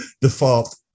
Default